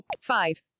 five